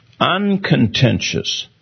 uncontentious